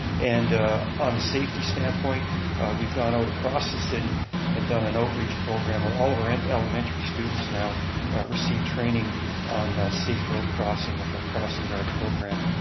and on the safety standpoint we've gone out across the city and done an outreach program, where all of our and elementary students now receive training on safe road crossing with our crossing guard program.